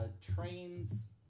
trains